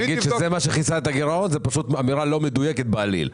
להגיד שזה מה שכיסה את הגירעון זה פשוט אמירה לא מדויקת בעליל.